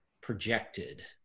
projected